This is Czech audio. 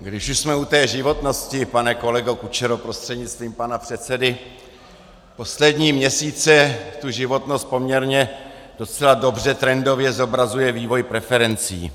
Když už jsme u té životnosti, pane kolego Kučero prostřednictvím pana předsedy, poslední měsíce tu životnost poměrně docela dobře trendově zobrazuje vývoj preferencí.